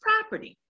property